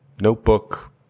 notebook